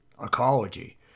ecology